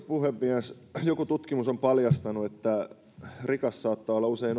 puhemies joku tutkimus on paljastanut että rikas saattaa olla usein